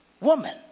woman